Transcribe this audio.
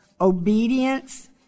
obedience